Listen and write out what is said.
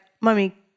Mummy